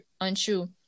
untrue